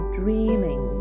dreaming